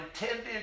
intended